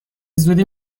زودی